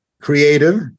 Creative